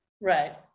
Right